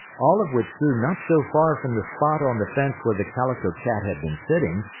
all of which grew not so far from the spot on the fence where the calico cat had been sitting,